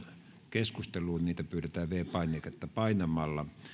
keskusteluun niitä pyydetään viides painiketta painamalla